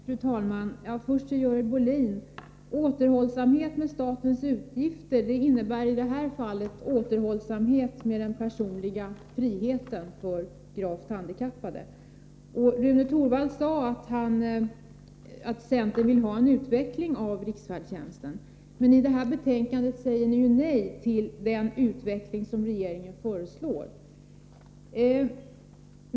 Fru talman! Först till Görel Bohlin. Återhållsamhet med statens utgifter innebär i det här fallet återhållsamhet med den personliga friheten för gravt handikappade. Rune Torwald sade att centern vill ha till stånd en utveckling av riksfärdtjänsten. Men i betänkandet säger ni ju nej till den utveckling som regeringen föreslår!